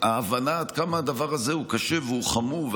שההבנה עד כמה הדבר הזה קשה והוא חמור,